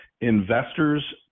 Investor's